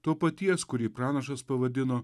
to paties kurį pranašas pavadino